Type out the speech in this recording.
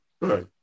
Right